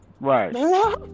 Right